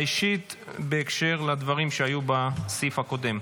אישית בהקשר של הדברים שהיו בסעיף הקודם.